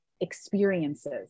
experiences